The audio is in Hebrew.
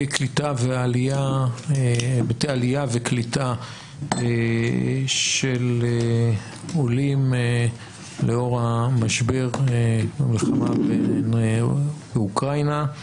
עלייה וקליטה של עולים לאור המשבר במלחמה באוקראינה.